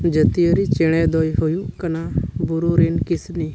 ᱡᱟᱹᱛᱤᱭᱟᱹᱨᱤ ᱪᱮᱬᱮ ᱫᱚᱭ ᱦᱩᱭᱩᱜ ᱠᱟᱱᱟ ᱵᱩᱨᱩ ᱨᱮᱱ ᱠᱤᱥᱱᱤ